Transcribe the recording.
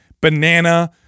banana